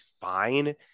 fine